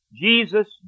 Jesus